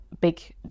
big